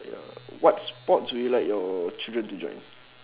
ya what sports would you like your children to join